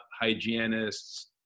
hygienists